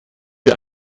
wir